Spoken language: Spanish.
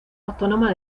autónoma